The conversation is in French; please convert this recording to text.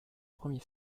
premier